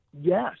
Yes